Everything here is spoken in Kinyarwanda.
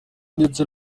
ndetse